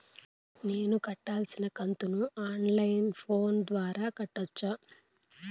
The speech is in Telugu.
నేను కట్టాల్సిన కంతును ఆన్ లైను ఫోను ద్వారా కట్టొచ్చా?